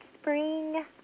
Spring